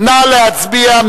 נא להצביע.